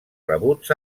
rebuts